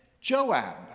Joab